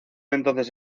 entonces